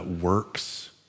works